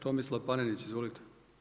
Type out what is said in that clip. Tomislav Panenić, izvolite.